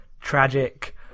tragic